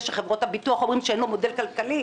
ושחברות הביטוח אומרות שאין לו מודל כלכלי,